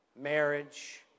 marriage